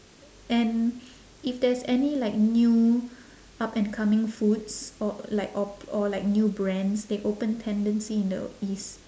and if there's any like new up and coming foods or like or or like new brands they open tendency in the east